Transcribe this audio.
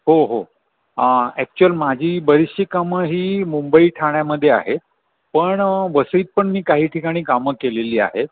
हो हो ॲक्चुअल माझी बरीचशी कामं ही मुंबई ठाण्यामध्ये आहे पण वसईत पण मी काही ठिकाणी कामं केलेली आहेत